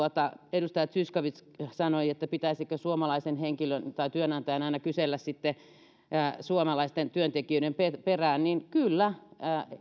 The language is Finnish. edustaja zyskowicz kysyi pitäisikö suomalaisen työnantajan aina kysellä suomalaisten työntekijöiden perään kyllä